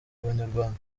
abanyarwanda